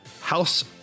House